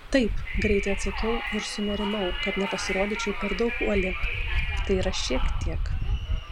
taip greitai atsakiau ir sunerimau kad nepasirodyčiau per daug uoli tai yra šiek tiek